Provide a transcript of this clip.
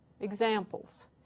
Examples